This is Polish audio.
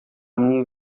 mnie